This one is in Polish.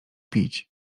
pić